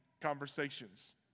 conversations